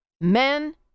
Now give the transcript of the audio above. Men